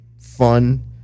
fun